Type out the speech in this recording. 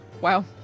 Wow